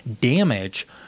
damage